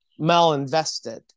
malinvested